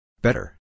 Better